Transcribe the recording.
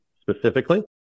specifically